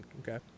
Okay